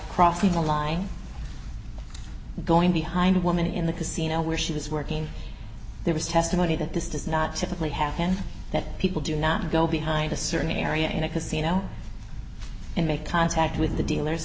crossing the line going behind a woman in the casino where she was working there was testimony that this does not typically happen that people do not go behind a certain area in a casino and make contact with the dealers